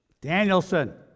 Danielson